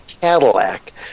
Cadillac